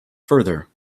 further